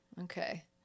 okay